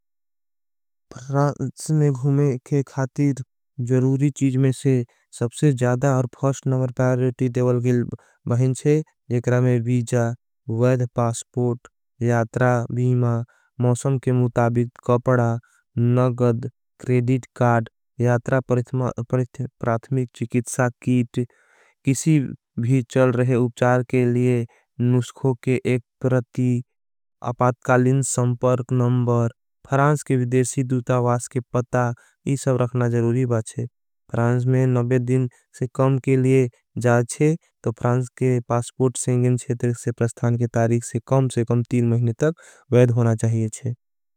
प्रांस में घुमे के खातीर ज़रूरी चीज में से सबसे ज़्यादा। और फ़र्स्ट नमर परारेटी देवल गिल्ब भैंचे जेकरमे वीजा। वैध पासपोर्ट यात्रा भीमा मौसम के मुताबिक कपड़ा। नगद क्रेडिट कार्ड यात्रा प्रात्मिक चीकित्सा किसी भी। चल रहे उपचार के लिए नुष्को के एक प्रती अपातकालिन। संपर्क नमर फ्रांस के विदेशी दूतावास के पता ये सब रखना। ज़रूरी बाचे फ्रांस में दिन से कम के लिए जा चे तो फ्रांस के। पासपोर्ट सेंगेन शेतर के से प्रस्थान के तारीक से कम से। कम महिने तक वैध होना चाहिए चे।